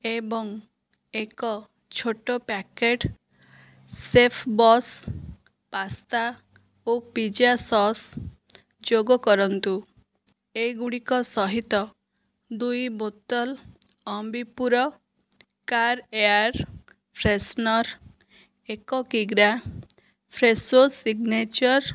ଏବଂ ଏକ ଛୋଟ ପ୍ୟାକେଟ୍ ଶେଫ୍ବସ୍ ପାସ୍ତା ଓ ପିଜା ସସ୍ ଯୋଗ କରନ୍ତୁ ଏଗୁଡ଼ିକ ସହିତ ଦୁଇ ବୋତଲ ଅମ୍ବିପୁର କାର୍ ଏୟାର୍ ଫ୍ରେଶନର୍ ଏକ କିଗ୍ରା ଫ୍ରେଶୋ ସିଗ୍ନେଚର୍